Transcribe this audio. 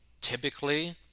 typically